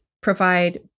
provide